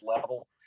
level